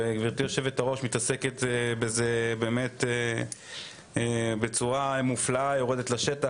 וגברתי היושבת-ראש מתעסקת בזה בצורה מופלאה וגם יורדת לשטח.